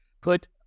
put